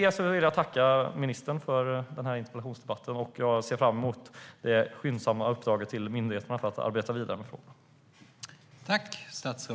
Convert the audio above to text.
Jag tackar ministern för debatten och ser fram emot det skyndsamma uppdraget till myndigheterna att arbeta vidare med frågan.